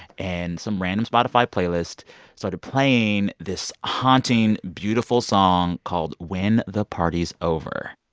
and some random spotify playlist started playing this haunting, beautiful song called when the party's over.